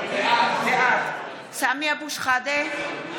בעד סמי אבו שחאדה,